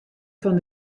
fan